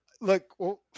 look